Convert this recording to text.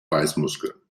beißmuskel